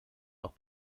auch